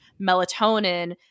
melatonin